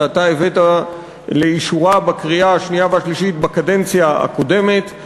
שאתה הבאת לאישורה בקריאה השנייה והשלישית בקדנציה הקודמת,